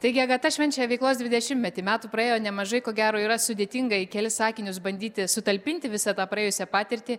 taigi agata švenčia veiklos dvidešimtmetį metų praėjo nemažai ko gero yra sudėtinga į kelis sakinius bandyti sutalpinti visą tą praėjusią patirtį